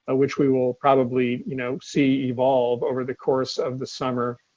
ah which we will probably you know see evolve over the course of the summer.